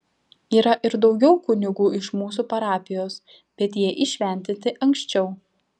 yra ir daugiau kunigų iš mūsų parapijos bet jie įšventinti anksčiau